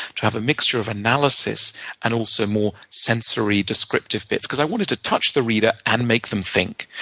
to have a mixture of analysis and also more sensory descriptive bits. because i wanted to touch the reader and make them think.